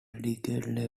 decades